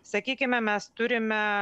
sakykime mes turime